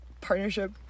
partnership